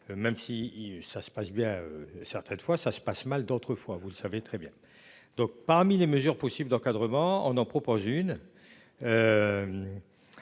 même si ça se passe bien. Certaines fois ça se passe mal d'autrefois, vous le savez très bien donc. Parmi les mesures possibles d'encadrement on en propose une,